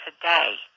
today